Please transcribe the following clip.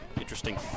interesting